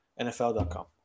NFL.com